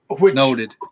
Noted